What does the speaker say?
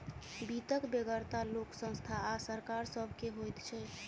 वित्तक बेगरता लोक, संस्था आ सरकार सभ के होइत छै